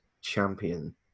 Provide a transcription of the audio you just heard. champion